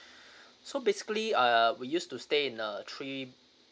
so basically I uh we used to stay in a three